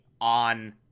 on